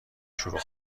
شروع